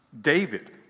David